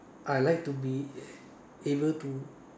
I like to be able to